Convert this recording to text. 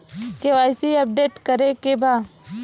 KYC update करे के बा?